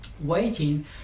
waiting